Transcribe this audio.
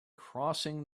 crossing